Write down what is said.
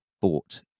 bought